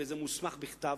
וזה מוסמך בכתב,